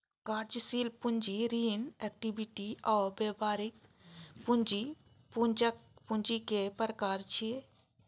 कार्यशील पूंजी, ऋण, इक्विटी आ व्यापारिक पूंजी पूंजीक प्रकार छियै